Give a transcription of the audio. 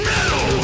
Metal